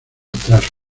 tras